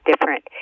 different